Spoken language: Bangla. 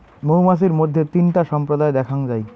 মৌমাছির মইধ্যে তিনটা সম্প্রদায় দ্যাখাঙ যাই